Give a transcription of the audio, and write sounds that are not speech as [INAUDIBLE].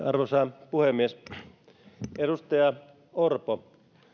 [UNINTELLIGIBLE] arvoisa puhemies edustaja orpo